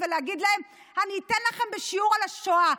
ולהגיד להם: אני אתן לכם שיעור על השואה.